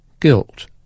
Guilt